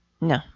No